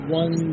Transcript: one